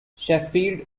sheffield